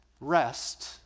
rest